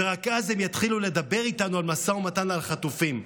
ורק אז הם יתחילו לדבר איתנו על משא ומתן על חטופים.